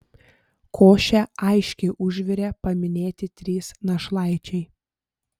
košę aiškiai užvirė paminėti trys našlaičiai